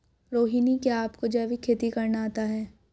रोहिणी, क्या आपको जैविक खेती करना आता है?